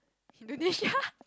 Indonesia